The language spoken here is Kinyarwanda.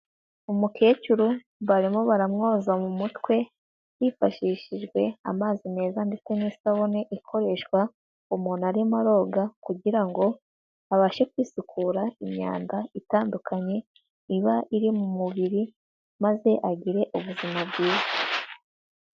Umukecuru barimo baramwoza mu mutwe, hifashishijwe amazi meza ndetse n'isabune ikoreshwa umuntu arimo aroga kugira ngo abashe kwisukura imyanda itandukanye, iba iri mu mubiri maze agire ubuzima bwiza.